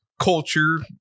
culture